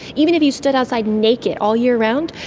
even if you stood outside naked all year round,